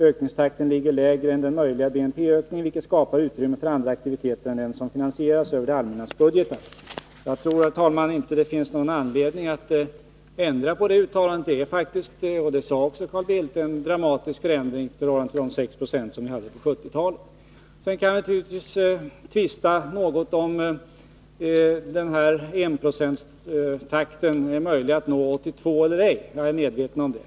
Ökningstakten ligger lägre än den möjliga BNP-ökningen, vilket skapar utrymme för andra aktiviteter än dem som finansieras över det allmännas budgetar.” Jag tror inte, herr talman, att det finns någon anledning att ändra på det uttalandet. Det är faktiskt — det sade också Carl Bildt — en dramatisk förändring i förhållande till de 6 90 som vi hade under 1970-talet. Vi kan naturligtvis tvista något om huruvida det är möjligt att komma ned till ökningstakten 1 20 under 1982 eller ej.